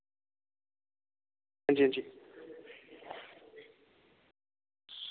हां जी हां जी